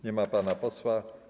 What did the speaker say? Nie ma pana posła.